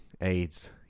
AIDS